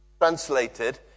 Translated